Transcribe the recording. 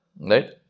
right